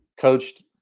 coached